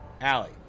Allie